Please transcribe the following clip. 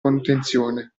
manutenzione